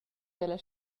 dalla